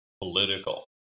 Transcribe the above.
political